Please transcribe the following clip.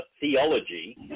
theology